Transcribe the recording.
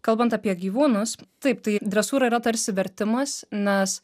kalbant apie gyvūnus taip tai dresūra yra tarsi vertimas nes